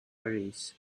arrays